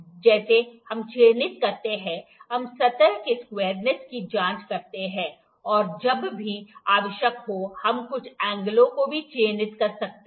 जैसे हम चिह्नित करते हैं हम सतह के स्क्वायरनस की जांच करते हैं और जब भी आवश्यक हो हम कुछ एंगलों को भी चिह्नित कर सकते हैं